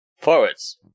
Forwards